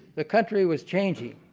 the country was changing.